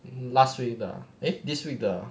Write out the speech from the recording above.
last week 的 eh this week 的